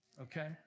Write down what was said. okay